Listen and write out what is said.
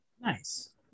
Nice